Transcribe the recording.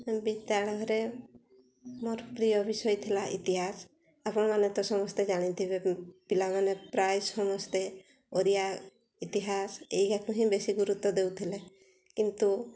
ବିଦ୍ୟାଳୟରେ ମୋର ପ୍ରିୟ ବିଷୟ ଥିଲା ଇତିହାସ ଆପଣମାନେ ତ ସମସ୍ତେ ଜାଣିଥିବେ ପିଲାମାନେ ପ୍ରାୟ ସମସ୍ତେ ଓଡ଼ିଆ ଇତିହାସ ଏହାକୁ ହିଁ ବେଶୀ ଗୁରୁତ୍ୱ ଦେଉଥିଲେ କିନ୍ତୁ